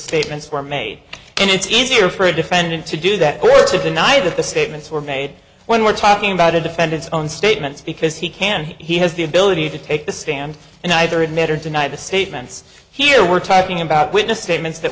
statements were made and it's easier for a defendant to do that where to deny that the statements were made when we're talking about a defendant's own statements because he can he has the ability to take the stand and either admit or deny the statements here we're talking about witness statements that